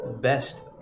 best